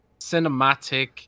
cinematic